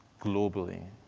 globally,